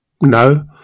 No